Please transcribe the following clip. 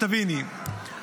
שתביני,